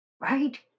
right